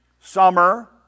summer